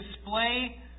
display